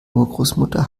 urgroßmutter